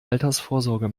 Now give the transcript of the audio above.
altersvorsorge